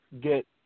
get